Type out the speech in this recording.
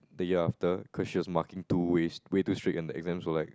the year after cause she was marking too way way too strict and the exams were like